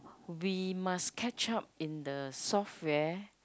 we must catch up in the software